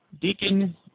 Deacon